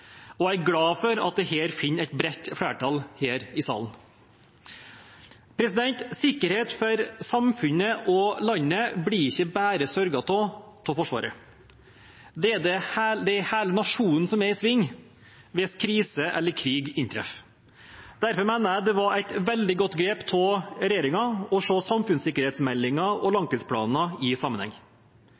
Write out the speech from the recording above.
og jeg er glad for at dette finner et bredt flertall her i salen. Sikkerhet for samfunnet og landet blir ikke bare sørget for av Forsvaret. Hele nasjonen er i sving hvis krise eller krig inntreffer. Derfor mener jeg det var et veldig godt grep av regjeringen å se samfunnssikkerhetsmeldingen og langtidsplanen i sammenheng.